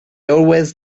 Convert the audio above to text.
always